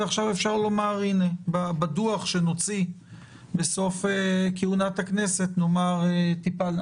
ועכשיו אפשר בדוח שנוציא בסוף כהונת הכנסת לומר שטיפלנו.